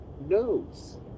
knows